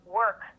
work